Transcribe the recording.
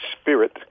spirit